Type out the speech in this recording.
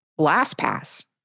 LastPass